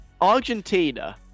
Argentina